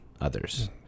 others